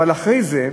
אבל אחרי זה,